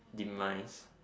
in my